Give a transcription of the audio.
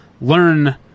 learn